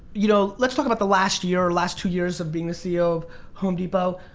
you know, let's talk about the last year or last two years of being the ceo of home depot.